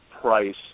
price